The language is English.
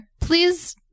please